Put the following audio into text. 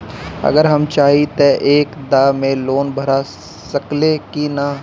अगर हम चाहि त एक दा मे लोन भरा सकले की ना?